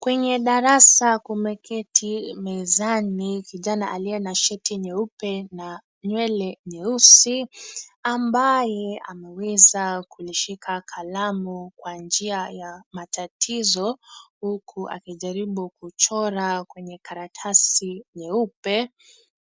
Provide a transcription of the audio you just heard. Kwenye darasa kumeketi mezani kijana aliye na shati nyeupe na nywele nyeusi ambaye ameweza kulishika kalamu kwa njia ya matatizo huku akijaribu kuchora kwenye karatasi nyeupe.